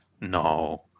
No